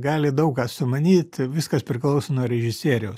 gali daug ką sumanyt viskas priklauso nuo režisieriaus